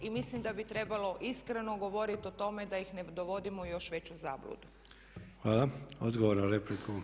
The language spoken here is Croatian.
I mislim da bi trebalo iskreno govoriti o tome da ih ne dovodimo u još veću zabludu.